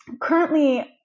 currently